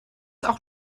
auch